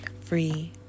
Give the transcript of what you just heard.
free